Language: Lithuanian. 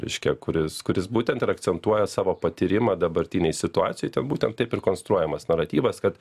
reiškia kur jis kur jis būtent ir akcentuoja savo patyrimą dabartinėj situacijoj ten būtent taip ir konstruojamas naratyvas kad